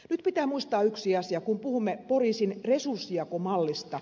nyt pitää muistaa yksi asia kun puhumme poliisin resurssijakomallista